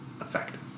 effective